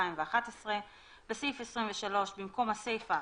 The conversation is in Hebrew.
התש"ף-2020 תיקון סעיף 23 1. בחוק לייעול האכיפה